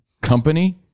company